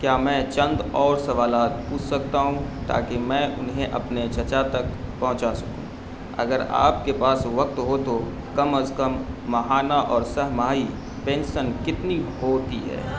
کیا میں چند اور سوالات پوچھ سکتا ہوں تاکہ میں انہیں اپنے چچا تک پہنچا سکوں اگر آپ کے پاس وقت ہو تو کم از کم ماہانہ اور سہ ماہی پینسن کتنی ہوتی ہے